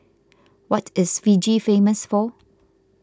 what is Fiji famous for